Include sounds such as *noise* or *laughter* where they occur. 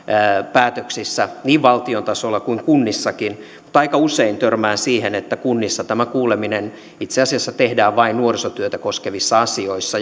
päätöksissä niin valtion tasolla kuin kunnissakin mutta aika usein törmään siihen että kunnissa tämä kuuleminen itse asiassa tehdään vain nuorisotyötä koskevissa asioissa *unintelligible*